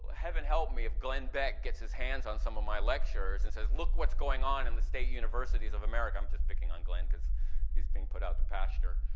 heaven help me if glen beck gets his hands on some of my lectures and says look what's going on in the state universities of america. i'm just picking on glen because he's being put out to pasture.